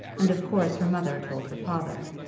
and of course her mother told her father.